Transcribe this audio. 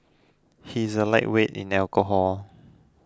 he is a lightweight in alcohol